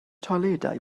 toiledau